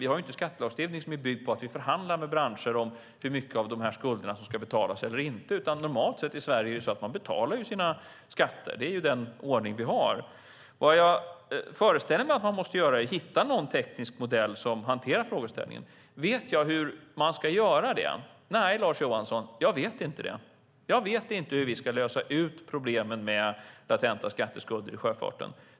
Vi har inte en skattelagstiftning som är byggd på att vi förhandlar med branscher om hur mycket av de här skulderna som ska betalas eller inte, utan normalt sett är det så i Sverige att man betalar sina skatter. Det är den ordning vi har. Vad jag föreställer mig att man måste göra är att hitta någon teknisk modell som hanterar frågeställningen. Vet jag hur man ska göra det? Nej, Lars Johansson, jag vet inte det. Jag vet inte hur vi ska lösa problemen med latenta skatteskulder i sjöfarten.